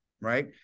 right